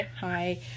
Hi